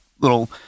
little